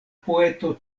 poeto